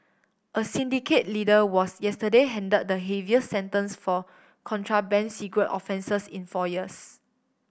a syndicate leader was yesterday hand the heaviest sentence for contraband cigarette offences in four years